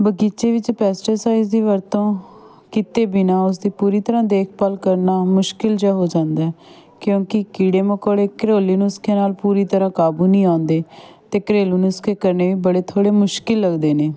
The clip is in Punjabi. ਬਗੀਚੇ ਵਿੱਚ ਪੈਸਟੈਸਾਈਜ਼ ਦੀ ਵਰਤੋਂ ਕੀਤੇ ਬਿਨਾਂ ਉਸਦੀ ਪੂਰੀ ਤਰ੍ਹਾਂ ਦੇਖਭਾਲ ਕਰਨਾ ਮੁਸ਼ਕਿਲ ਜਿਹਾ ਹੋ ਜਾਂਦਾ ਕਿਉਂਕਿ ਕੀੜੇ ਮਕੌੜੇ ਘਰੇਲੂ ਨੁਸਖਿਆਂ ਨਾਲ ਪੂਰੀ ਤਰ੍ਹਾਂ ਕਾਬੂ ਨਹੀਂ ਆਉਂਦੇ ਅਤੇ ਘਰੇਲੂ ਨੁਸਖੇ ਕਰਨੇ ਵੀ ਬੜੇ ਥੋੜ੍ਹੇ ਮੁਸ਼ਕਿਲ ਲੱਗਦੇ ਨੇ